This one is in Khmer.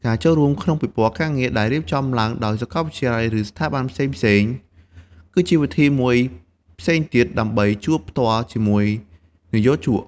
ការចូលរួមក្នុងពិព័រណ៍ការងារដែលរៀបចំឡើងដោយសាកលវិទ្យាល័យ ឬស្ថាប័នផ្សេងៗ គឺជាវិធីមួយផ្សេងទៀតដើម្បីជួបផ្ទាល់ជាមួយនិយោជក។